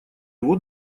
его